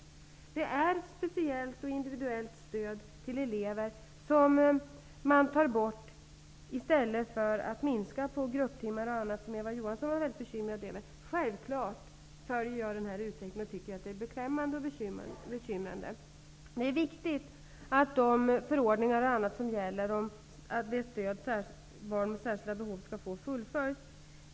Man tar bort det speciella och individuella stödet till elever i stället för att minska på grupptimmar och annat, som Eva Johansson var mycket bekymrad över. Jag följer självfallet den utvecklingen. Jag tycker att den är beklämmande och bekymrande. Det är viktigt att de förordningar och annat som gäller om stöd till barn med särskilda behov fullföljs.